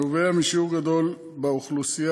הנובע משיעור גידול באוכלוסייה,